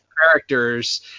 characters